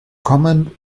comment